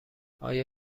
آیا